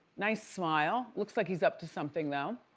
nice smile. looks like he's up to something though.